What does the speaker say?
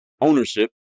ownership